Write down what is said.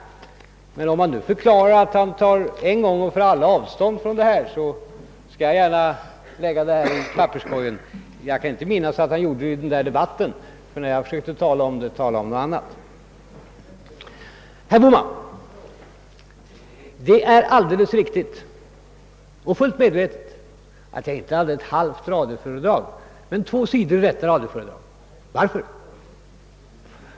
Om herr Ohlin nu förklarar att han en gång för alla tar avstånd från detta yttrande, skall jag dock gärna lägga saken i papperskorgen. Jag kan inte minnas att han gjorde något sådant uttalande under den debatt där uttrycket förekom. När jag försökte ta upp det, ville herr Ohlin tala om något annat. Herr Bohman! Det är alldeles riktigt att jag medvetet använde ett radioföredrag, dock inte halva föredraget men väl två sidor av det. Varför?